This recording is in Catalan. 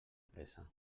pressa